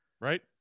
Right